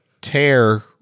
tear